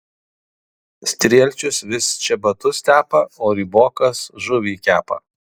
strielčius vis čebatus tepa o rybokas žuvį kepa